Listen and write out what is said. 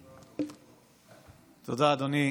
תודה, אדוני.